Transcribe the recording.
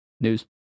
news